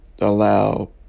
allow